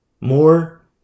more